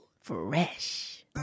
Fresh